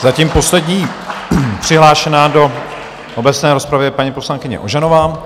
Zatím poslední přihlášená do obecné rozpravy je paní poslankyně Ožanová.